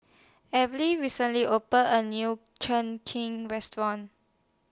recently opened A New Cheng King Restaurant